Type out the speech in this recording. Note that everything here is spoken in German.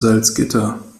salzgitter